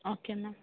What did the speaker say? okay എന്നാൽ